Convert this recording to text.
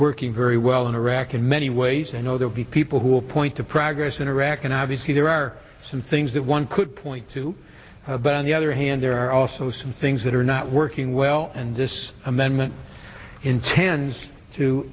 working very well in iraq in many ways and the people who will point to progress in iraq and obviously there are some things that one could point to but on the other hand there are also some things that are not working well and this amendment intends to